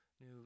new